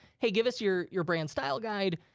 hey, give us your your brand style guide.